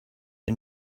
the